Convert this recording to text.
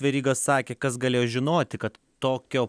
veryga sakė kas galėjo žinoti kad tokio